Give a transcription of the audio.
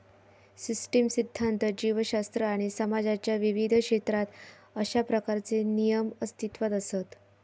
system सिध्दांत, जीवशास्त्र आणि समाजाच्या विविध क्षेत्रात अशा प्रकारचे नियम अस्तित्वात असत